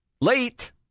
late